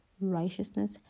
righteousness